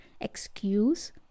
excuse